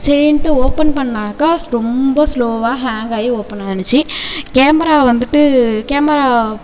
சரின்ட்டு ஓப்பன் பண்ணாக்கா ரொம்ப ஸ்லோவாக ஹேங்காகி ஓப்பன் ஆனுச்சு கேமரா வந்துட்டு கேமரா